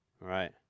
Right